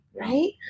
Right